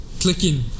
clicking